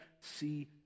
see